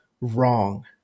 wrong